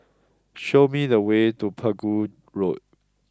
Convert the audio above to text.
show me the way to Pegu Road